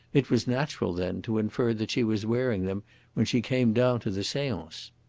it was natural, then, to infer that she was wearing them when she came down to the seance.